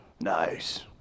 Nice